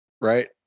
right